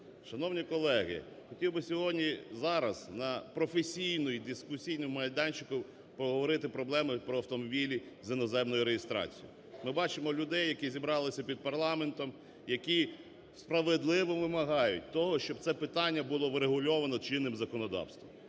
Шановні колеги, хотів би сьогодні, зараз на професійному і дискусійному майданчику поговорити проблеми про автомобілі з іноземною реєстрацією. Ми бачимо людей, які зібралися під парламентом, які справедливо вимагають того, щоб це питання було врегульовано чинним законодавством.